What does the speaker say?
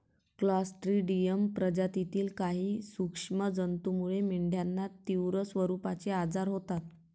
Clostridium प्रजातीतील काही सूक्ष्म जंतूमुळे मेंढ्यांना तीव्र स्वरूपाचे आजार होतात